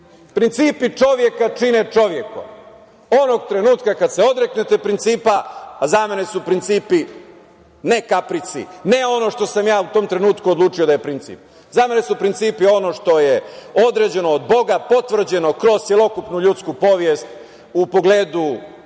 čoveka čine čovekom. Onog trenutka kada se odreknete principa, a za mene su principi ne kaprici, ne ono što sam ja u tom trenutku odlučio da je princip. Za mene su principi ono što je određeno od Boga, potvrđeno kroz celokupnu ljudsku povest u pogledu